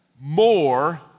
more